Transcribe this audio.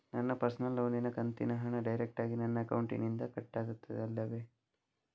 ನನ್ನ ಪರ್ಸನಲ್ ಲೋನಿನ ಕಂತಿನ ಹಣ ಡೈರೆಕ್ಟಾಗಿ ನನ್ನ ಅಕೌಂಟಿನಿಂದ ಕಟ್ಟಾಗುತ್ತದೆ ಅಲ್ಲವೆ?